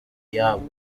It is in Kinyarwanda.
iyabo